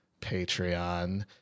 Patreon